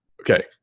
okay